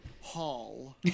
Hall